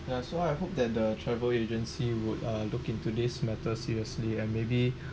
that's why I hope that the travel agency would uh look into this matter seriously and maybe